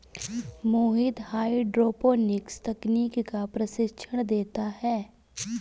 मोहित hydroponics तकनीक का प्रशिक्षण देता है